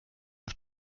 auf